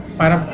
para